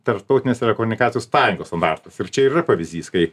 tarptautinės telekomunikacijų sąjungos standartas ir čia ir yra pavyzdys kai